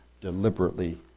deliberately